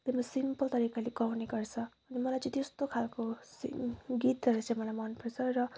एकदमै सिम्पल तरिकाले गाउने गर्छ अनि मलाई चाहिँ त्यस्तो खालको गीतहरू चाहिँ मलाई मनपर्छ र